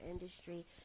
industry